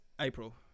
April